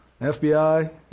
FBI